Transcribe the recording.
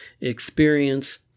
experience